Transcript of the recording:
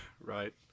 Right